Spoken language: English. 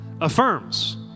affirms